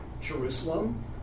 Jerusalem